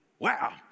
Wow